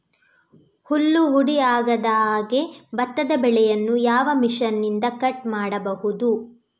ಹುಲ್ಲು ಹುಡಿ ಆಗದಹಾಗೆ ಭತ್ತದ ಬೆಳೆಯನ್ನು ಯಾವ ಮಿಷನ್ನಿಂದ ಕಟ್ ಮಾಡಬಹುದು?